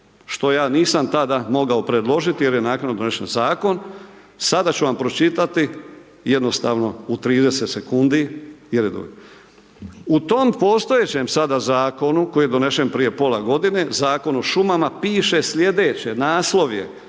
što ja nisam tada mogao predložiti jer je naknado donesen zakon, sada ću vam pročitati jednostavno u 30 sekundi …/nerazumljivo/… u tom postojećem sada zakonu koji je donesen prije pola godine Zakonu o šumama piše slijedeće. Naslov je,